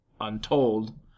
untold